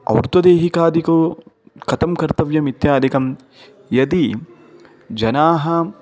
आर्थदेहिकादिकं कथं कर्तव्यम् इत्यादिकं यदि जनाः